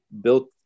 built